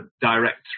direct